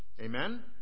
Amen